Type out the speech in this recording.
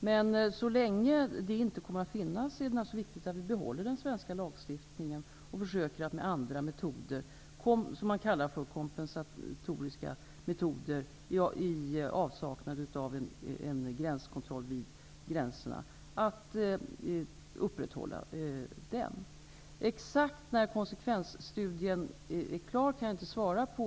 Men så länge det inte finns några gemensamma regler är det givetvis viktigt att vi behåller den svenska lagstiftningen och försöker att i avsaknad av en gränskontroll med andra metoder, s.k. kompensatoriska metoder, upprätthålla en sådan. Jag kan inte exakt svara på frågan om när konsekvensstudien är klar.